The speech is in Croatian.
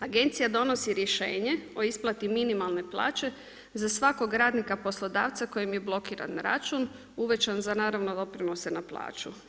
Agencija donosi rješenje o isplati minimalne plaće za svakog radnika poslodavca kojim je blokiran račun, uvećan za doprinose na plaću.